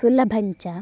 सुलभञ्च